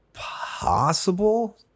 possible